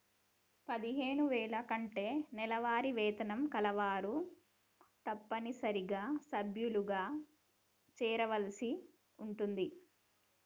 పదిహేను వేల కంటే నెలవారీ వేతనం కలవారు తప్పనిసరిగా సభ్యులుగా చేరవలసి ఉంటుంది